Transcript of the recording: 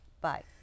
bye